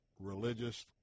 religious